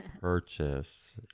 purchase